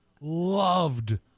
loved